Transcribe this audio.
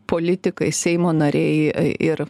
politikai seimo nariai ir